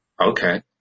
Okay